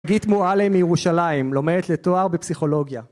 גית מועלם מירושלים, לומדת לתואר בפסיכולוגיה